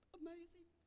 amazing